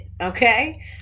okay